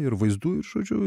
ir vaizdu ir žodžiu